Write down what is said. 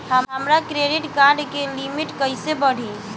हमार credit card के limit कइसे बढ़ी?